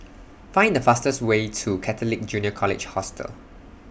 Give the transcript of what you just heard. Find The fastest Way to Catholic Junior College Hostel